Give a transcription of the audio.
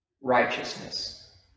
righteousness